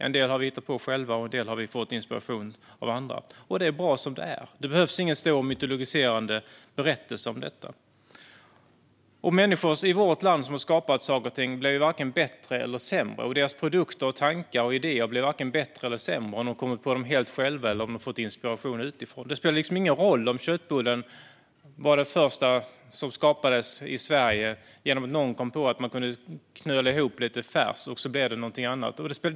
En del har vi själva hittat på, och en del har vi fått inspiration till från andra. Det är bra som det är. Det behövs ingen stor mytologiserande berättelse om detta. Människor i vårt land som har skapat något och deras produkter, tankar och idéer blir varken bättre eller sämre om man har kommit på det helt själv eller om man har fått inspiration utifrån. Det spelar ingen roll om köttbullen först skapades i Sverige genom att någon kom på att man kunde knöla ihop lite färs så att det blev något annat.